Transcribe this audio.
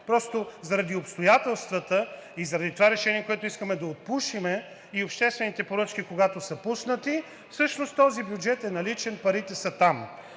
заложен, заради обстоятелствата и заради това решение, с което искаме да отпушим и обществените поръчки, когато са пуснати, всъщност този бюджет е наличен, парите са там.